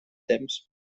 temps